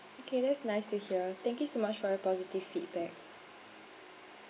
okay that's nice to hear thank you so much for your positive feedback